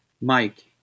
Mike